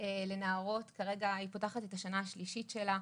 עבור נערות, כרגע היא פותחת את השנה השלישית שלה.